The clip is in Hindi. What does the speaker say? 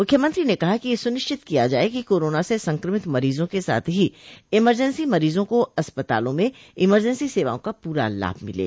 मुख्यमंत्री ने कहा कि यह सुनिश्चित किया जाये कि कोरोना से संक्रमित मरीजों के साथ हो इमरजेंसी मरीजों को अस्पतालों में इमरजेंसी सेवाओं का पूरा लाभ मिले